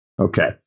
Okay